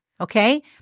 Okay